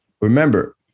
remember